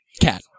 Cat